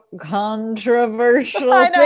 controversial